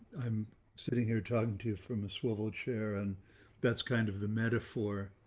i'm sitting here talking to you from a swivel chair. and that's kind of the metaphor